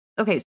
Okay